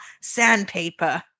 Sandpaper